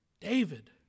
David